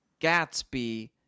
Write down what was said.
Gatsby